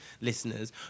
listeners